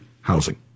housing